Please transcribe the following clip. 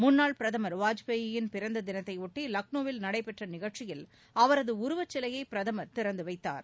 முன்னாள் பிரதமர் வாஜ்பாயின் பிறந்த தினத்தையொட்டி லக்னோவில் நடைபெற்ற நிகழ்ச்சியில் அவரது உருவச்சிலையை பிரதமர் திறந்து வைத்தார்